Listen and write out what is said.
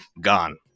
gone